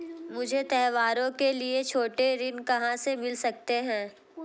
मुझे त्योहारों के लिए छोटे ऋण कहां से मिल सकते हैं?